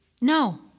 No